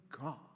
God